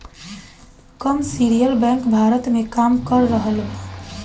commercial bank Bharat में काम कर रहल बा